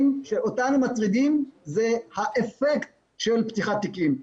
שאותנו מטרידים זה האפקט של פתיחת תיקים.